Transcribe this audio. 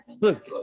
Look